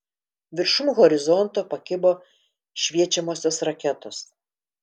viršum horizonto pakibo šviečiamosios raketos